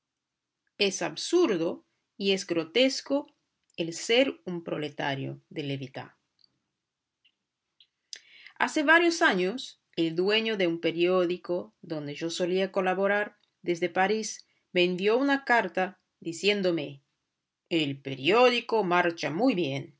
es absurdo y es